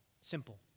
simple